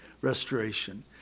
restoration